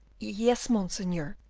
yes, monseigneur,